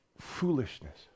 foolishness